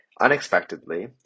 unexpectedly